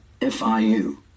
FIU